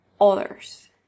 others